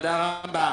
תודה רבה,